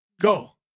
go